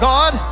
God